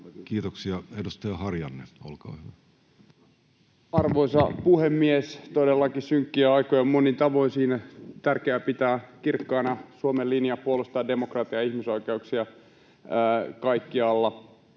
Kiitoksia. — Edustaja Harjanne, olkaa hyvä. Arvoisa puhemies! Todellakin on synkkiä aikoja monin tavoin. Siinä on tärkeää pitää kirkkaana Suomen linja puolustaa demokratiaa ja ihmisoikeuksia kaikkialla